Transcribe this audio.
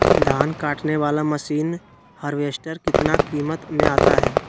धान कटने बाला मसीन हार्बेस्टार कितना किमत में आता है?